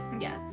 yes